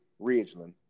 Ridgeland